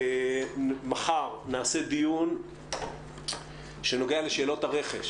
מחר נעשה דיון שנוגע לשאלות הרכש,